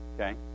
Okay